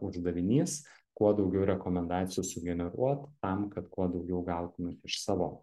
uždavinys kuo daugiau rekomendacijų sugeneruot tam kad kuo daugiau gautumėt iš savo